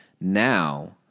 Now